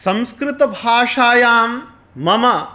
संस्कृतभाषायां मम